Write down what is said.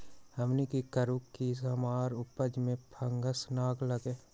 हमनी की करू की हमार उपज में फंगस ना लगे?